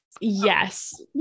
yes